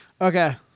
Okay